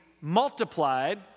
multiplied